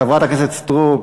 חברת הכנסת סטרוק,